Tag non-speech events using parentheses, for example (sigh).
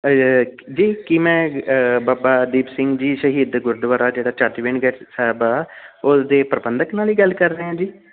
(unintelligible) ਜੀ ਕੀ ਮੈਂ ਬਾਬਾ ਦੀਪ ਸਿੰਘ ਜੀ ਸ਼ਹੀਦ ਗੁਰਦੁਆਰਾ ਜਿਹੜਾ (unintelligible) ਸਾਹਿਬ ਆ ਉਸ ਦੇ ਪ੍ਰਬੰਧਕ ਨਾਲ ਹੀ ਗੱਲ ਕਰ ਰਿਹਾਂ ਜੀ